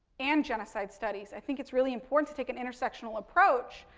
and genocide studies. i think it's really important to take an intersectional approach.